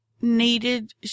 needed